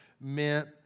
meant